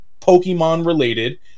Pokemon-related